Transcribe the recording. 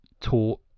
taught